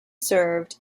served